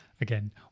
again